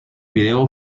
video